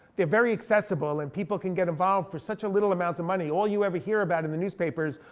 they're very accessible, and people can get involved for such a little amount of money. all you ever hear about in the newspapers,